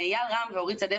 לאיל רם ואורית סדצקי,